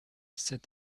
c’est